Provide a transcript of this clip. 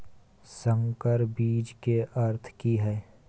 संकर बीज के अर्थ की हैय?